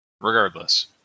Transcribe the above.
Regardless